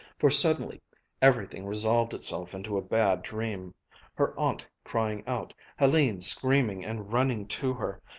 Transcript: for suddenly everything resolved itself into a bad dream her aunt crying out, helene screaming and running to her,